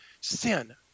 sin